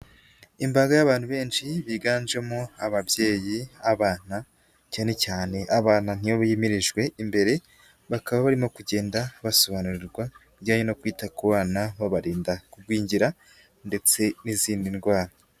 Imbaga y'abantu benshi biganjemo ababyeyi, abana cyane cyane abana nibo bimirijwe imbere bakaba barimo kugenda basobanurirwa ibijyanye no kwita ku bana babarinda ku gwingira ndetse n'izindi ndwara.